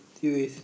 you is